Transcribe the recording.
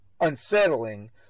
unsettling